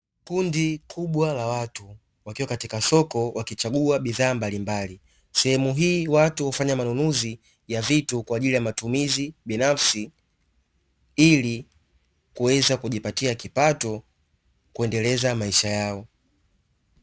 Kundi kubwa la watu, wakiwa katika soko wakichagua bidhaa mbalimbali. Sehemu hii watu hufanya manunuzi ya vitu kwa ajili ya matumizi binafsi ili kuweza kujipatia kipato kuendeleza maisha yao.